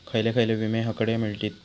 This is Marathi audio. खयले खयले विमे हकडे मिळतीत?